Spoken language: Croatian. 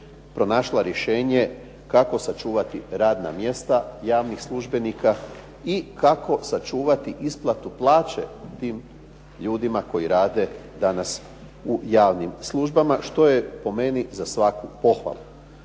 pronašla rješenje kako sačuvati radna mjesta javnih službenika i kako sačuvati isplatu plaće tim ljudima koji rade danas u javnim službama, što je po meni za svaku pohvalu.